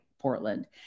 Portland